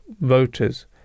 voters